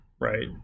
right